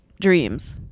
dreams